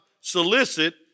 solicit